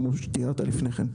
כמו שתיארת לפני כן.